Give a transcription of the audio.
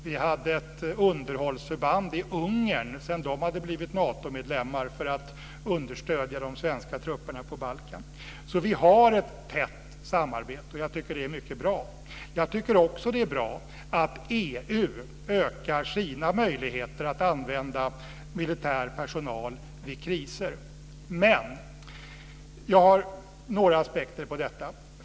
Vi hade ett underhållsförband i Ungern sedan landet blivit Natomedlem för att understödja de svenska trupperna på Balkan. Så vi har ett tätt samarbete, och jag tycker att det är mycket bra. Jag tycker också att det är bra att EU ökar sina möjligheter att använda militär personal vid kriser. Men jag vill anlägga några aspekter på detta.